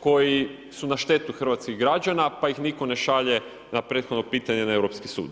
koji su na štetu hrvatskih građana pa ih nitko ne šalje na prethodno pitanje na Europski sud.